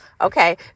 Okay